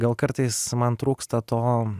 gal kartais man trūksta to